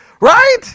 Right